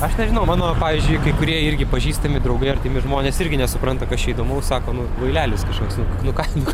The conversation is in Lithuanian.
aš nežinau mano pavyzdžiui kai kurie irgi pažįstami draugai artimi žmonės irgi nesupranta kas čia įdomaus sako nu kvailelis kažkoks nu ką nu ką